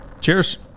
Cheers